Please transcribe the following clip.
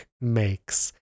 makes